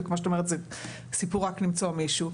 וכמו שאת אומרת זה סיפור רק למצוא מישהו,